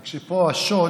רק שפה השוד,